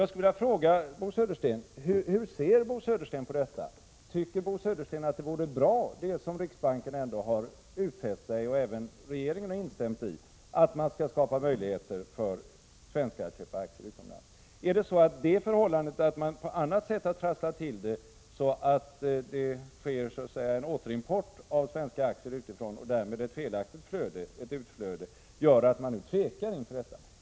Jag skulle vilja fråga Bo Södersten: Hur ser Bo Södersten på detta? Tycker Bo Södersten att det vore bra med det som riksbanken utfäst sig och även regeringen instämt i, att man skapar möjligheter för svenskar att köpa aktier utomlands? Är det det förhållandet att man på annat sätt trasslat till, så att det nu sker en återimport av svenska aktier utifrån och därmed ett felaktigt utflöde, som gör att man nu tvekar inför detta?